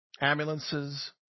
Ambulances